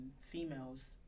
females